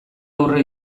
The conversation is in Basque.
aurre